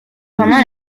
pendant